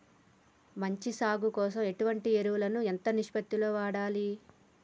మంచి సాగు కోసం ఎటువంటి ఎరువులు ఎంత నిష్పత్తి లో వాడాలి?